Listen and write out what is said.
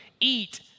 eat